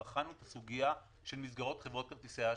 בחנו את הסוגיה של מסגרות חברות כרטיסי האשראי,